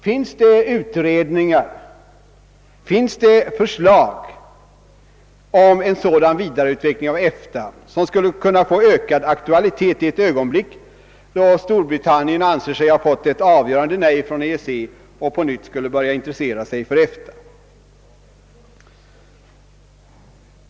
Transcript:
Finns det utredningar, finns det förslag om en sådan vidareutveckling av EFTA som skulle kunna få ökad aktualitet i ett ögonblick då Storbritannien anser sig ha fått ett avgörande nej från EEC och på nytt skulle börja intressera sig för EFTA?